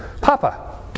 Papa